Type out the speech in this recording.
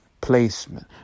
placement